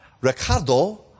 Ricardo